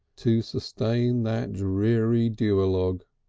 to sustain that dreary duologue.